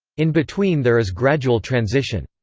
in between there is gradual transition.